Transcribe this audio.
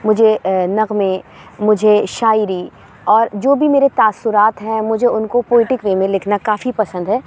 مجھے نغمے مجھے شاعری اور جو بھی میرے تأثرات ہیں مجھے اُن کو پوئیٹک وے میں لکھنا کافی پسند ہے